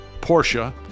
Porsche